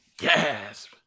yes